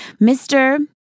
Mr